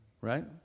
Right